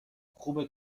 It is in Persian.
خوبه